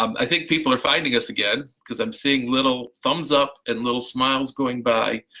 um i think people are finding us again because i'm seeing little thumbs up and little smiles going by,